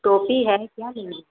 टोपी है क्या लेंगी